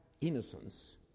innocence